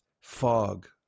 fog